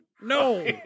No